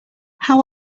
how